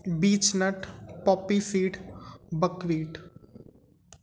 beach nut poppy seed buckwheat